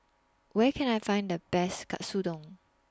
Where Can I Find The Best Katsudon